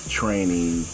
training